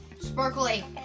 sparkly